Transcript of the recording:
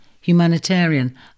humanitarian